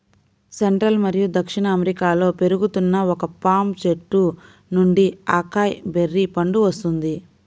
central మరియు దక్షిణ అమెరికాలో పెరుగుతున్న ఒక పామ్ చెట్టు నుండి అకాయ్ బెర్రీ పండు వస్తుంది